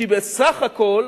כי בסך הכול